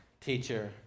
teacher